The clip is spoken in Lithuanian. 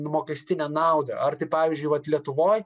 mokestinę naudą ar tai pavyzdžiui vat lietuvoj